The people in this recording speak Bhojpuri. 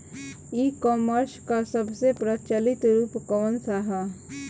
ई कॉमर्स क सबसे प्रचलित रूप कवन सा ह?